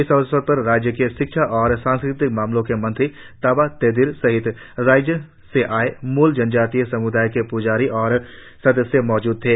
इस अवसर पर राज्य के शिक्षा और सांस्कृतिक मामलों के मंत्री ताबा तेदिर सहित राज्यभर से आए मूल जनजातिय सम्दायों के प्जारी और सदस्य मौजूद थे